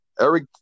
Eric